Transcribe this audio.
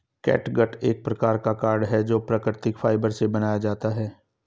catgut एक प्रकार का कॉर्ड है जो प्राकृतिक फाइबर से बनाया जाता है